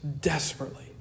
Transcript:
desperately